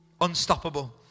unstoppable